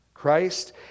Christ